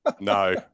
no